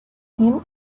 him